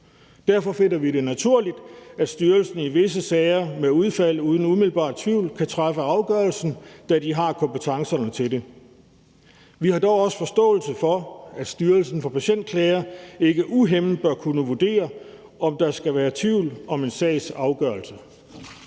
Derfor finder vi det naturligt, at styrelsen i visse sager med udfald uden umiddelbar tvivl kan træffe afgørelsen, da de har kompetencerne til det. Vi har dog også forståelse for, at Styrelsen for Patientklager ikke uhæmmet bør kunne vurdere, om der skal være tvivl om en sags afgørelse.